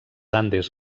andes